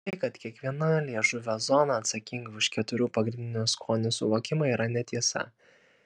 tai kad kiekviena liežuvio zona atsakinga už keturių pagrindinių skonių suvokimą yra netiesa